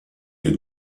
you